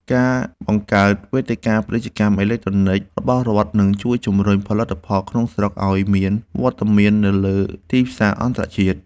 ការបង្កើតវេទិកាពាណិជ្ជកម្មអេឡិចត្រូនិចរបស់រដ្ឋនឹងជួយជម្រុញផលិតផលក្នុងស្រុកឱ្យមានវត្តមាននៅលើទីផ្សារអន្តរជាតិ។